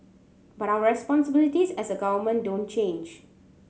but our responsibilities as a government don't change